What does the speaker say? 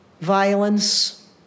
violence